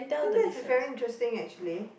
then that is very interesting actually